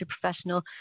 professional